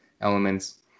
elements